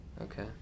Okay